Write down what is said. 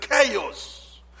chaos